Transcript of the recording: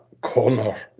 corner